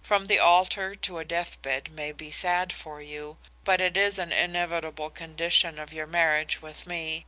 from the altar to a death-bed may be sad for you, but it is an inevitable condition of your marriage with me